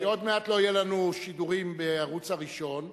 עוד מעט לא יהיו לנו שידורים בערוץ הראשון,